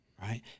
Right